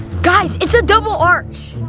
guys, it's a double arch.